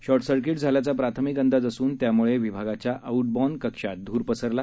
short circuit झाल्याचा प्राथमिक अंदाज असून त्याम्ळे विभागाच्या आउट बॉर्न कक्षात धूर पसरला